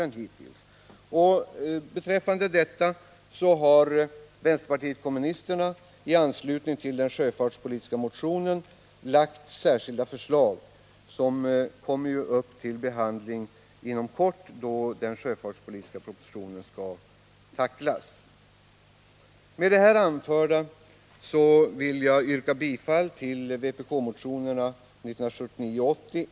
Vänsterpartiet kommunisterna har lagt fram särskilda förslag i anslutning till den sjöfartspolitiska propositionen, som ju skall behandlas inom kort. Herr talman! Med det anförda vill jag yrka bifall till vpk-motionerna 173.